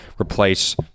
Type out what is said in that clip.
replace